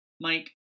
Mike